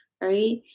right